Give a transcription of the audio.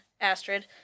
Astrid